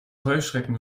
heuschrecken